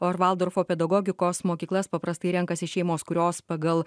o ir valdorfo pedagogikos mokyklas paprastai renkasi šeimos kurios pagal